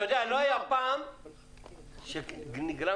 ביקשת לומר